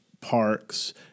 parks